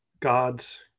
gods